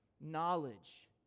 Knowledge